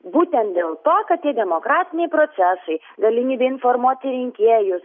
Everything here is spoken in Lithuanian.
būtent dėl to kad tie demokratiniai procesai galimybė informuoti rinkėjus